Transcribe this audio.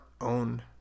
own